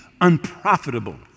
unprofitable